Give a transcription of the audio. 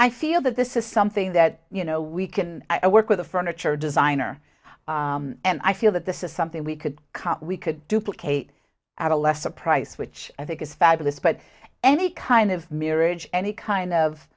i feel that this is something that you know we can i work with a furniture designer and i feel that this is something we could we could duplicate at a lesser price which i think is fabulous but any kind of mirror any kind